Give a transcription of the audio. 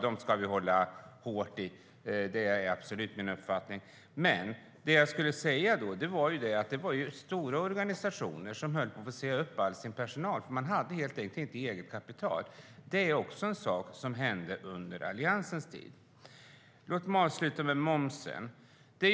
De ska vi hålla hårt i. Det är absolut min uppfattning. Men det var stora organisationer som höll på att få säga upp all sin personal eftersom de helt enkelt inte hade eget kapital. Det är också en sak som hände under Alliansens tid. Låt mig avsluta med momsen.